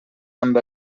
amb